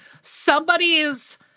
somebody's